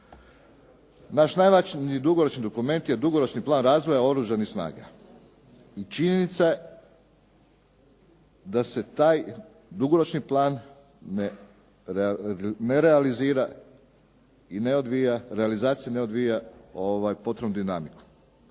Naš dugoročni dokument je dugoročni plan razvoja oružanih snaga i činjenica je da se taj dugoročni plan ne realizira i ne odvija, realizacija se ne odvija potrebnom dinamikom.